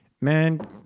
man